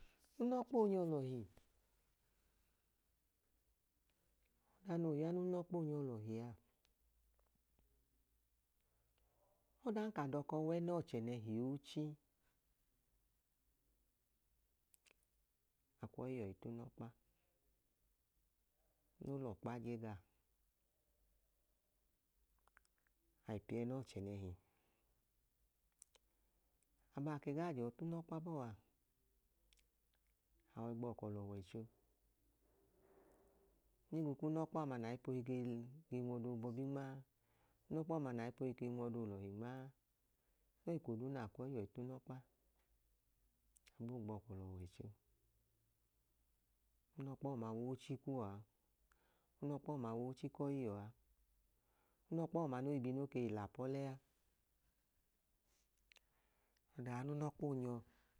Unọkpa onyọ lọhin, ọda noo ya n'unọkpa onyọ lọhia ọdan ka dọko w'ẹnọchẹnẹhi ochi akwọiyọ utinọkpa no lọkpa je gaa ai piẹnọọchẹnẹhi. Abaa ke gaa jọọ t'unọkpa bọọ a ọgbọọkọ l'ọwọicho higbu k'inọkpa ọọma na aipohi gel ge nw'ọdobọbi nmaa, unọkpa ọọma na aipohi kei nw'ọdolọhi nmaa, so eko duu na kwọi yọ t'unọkpa gboo gbọọkọ l'ọwọicho. unọkpa ọọma w'ochi kuwọa unọkpa ọọma w'ochi k'ọiyọa unọkpa ọọma no bi no kei l'apọlẹa, ọda aya n'unọkpa onyọ